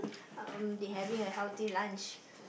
um they having a healthy lunch